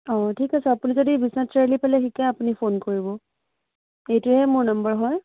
অ' ঠিক আছে আপুনি যদি বিশ্বনাথ চাৰিআালিফালে শিকাই আপুনি ফোন কৰিব এইটোৱে মোৰ নম্বৰ হয়